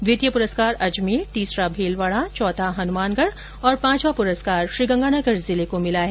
द्वितीय पुरस्कार अजमेर तीसरा भीलवाड़ा चौथा हनुमानगढ़ और पांचवा प्रस्कार श्रीगंगानगर जिले को मिला है